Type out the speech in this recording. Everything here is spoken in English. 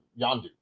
yondu